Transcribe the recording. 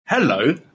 Hello